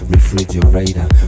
Refrigerator